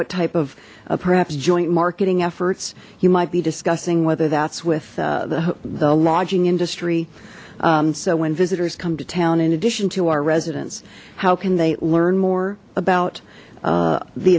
what type of perhaps joint marketing efforts you might be discussing whether that's with the the lodging industry so when visitors come to town in addition to our residents how can they learn more about